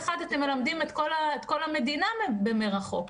במדינה מרחוק.